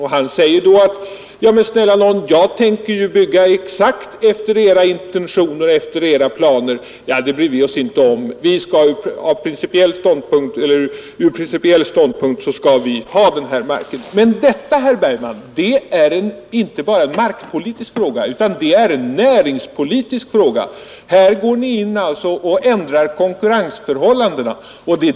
Han säger: ”Ja, mer jag tänker ju bygga exakt efter era intentioner och era planer.” Då svarar kommunen: ”Det bryr vi oss inte om; vi skall ur principiell synpunkt ha den här marken.” Detta, herr Bergman, är inte bara en markpolitisk fråga, utan det är även en näringspolitisk fråga. Ni går in och ändrar konkurrensförhållanden.